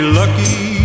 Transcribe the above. lucky